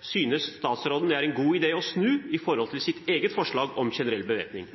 synes statsråden det er en god idé å snu i forhold til sitt eget forslag om generell bevæpning?